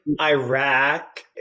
Iraq